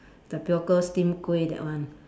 tapioca steamed kueh that one